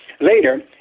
later